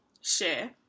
share